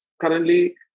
currently